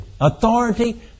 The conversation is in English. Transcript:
Authority